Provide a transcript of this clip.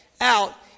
out